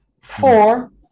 Four